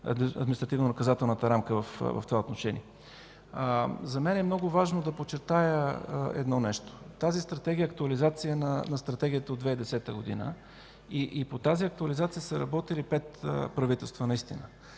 административнонаказателната рамка в това отношение. За мен е много важно да подчертая едно нещо – тази Стратегия е актуализация на Стратегията от 2010 г., и по тази актуализация са работили наистина